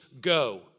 go